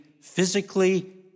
physically